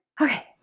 okay